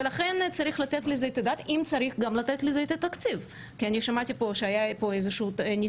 ולכן צריך לתת על זה את הדעת ואם צריך אז לתת לזה גם את התקציב.